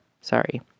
Sorry